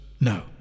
No